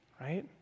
right